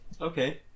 Okay